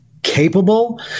capable